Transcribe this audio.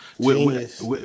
Genius